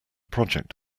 project